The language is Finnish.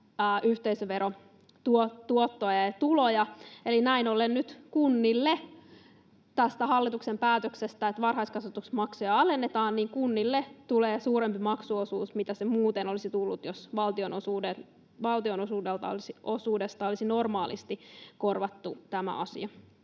yhteisöverotuottoa ja -tuloja, eli näin ollen nyt kunnille tästä hallituksen päätöksestä, että varhaiskasvatusmaksuja alennetaan, tulee suurempi maksuosuus kuin muuten olisi tullut, jos valtion osuudesta olisi normaalisti korvattu tämä asia.